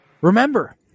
remember